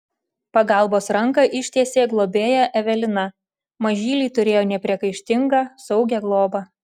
pagalbos ranką ištiesė globėja evelina mažyliai turėjo nepriekaištingą saugią globą